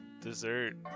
dessert